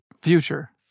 Future